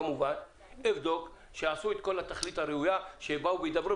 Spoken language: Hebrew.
כמובן שאבדוק שעשו את כל התכלית הראויה ושבאו בהידברות,